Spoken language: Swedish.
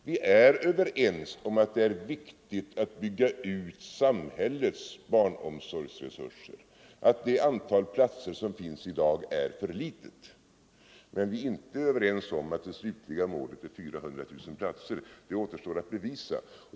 Vi är överens om att det är viktigt att bygga ut samhällets barnomsorgsresurser och att det antal platser som finns i dag är för litet. Men vi är inte överens om att det slutliga målet är 400 000 platser. Det återstår att bevisa.